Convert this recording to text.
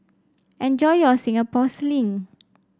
enjoy your Singapore Sling